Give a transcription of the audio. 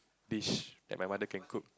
dish that my mother can cook